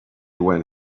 when